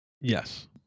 Yes